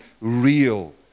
real